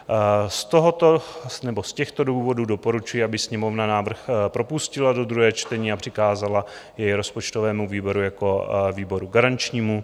Z těchto důvodů doporučuji, aby Sněmovna návrh propustila do druhého čtení a přikázala jej rozpočtovému výboru jako výboru garančnímu.